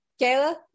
Kayla